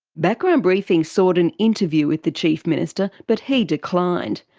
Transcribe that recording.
background briefing sought an interview with the chief minister, but he declined.